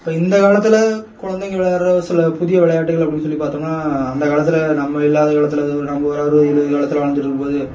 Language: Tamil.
இப்போ இந்த காலத்தில் குழந்தைங்க விளையாடுகிற சில புதிய விளையாட்டுகள் அப்படின்னு சொல்லி பார்த்தோம்னா அந்த காலத்தில் நம்ம இல்லாத காலத்துலயோ ஒரு நம்ப ஒரு அறுபது எழுபது காலத்தில் வாழ்ந்துட்டுருக்கும்போது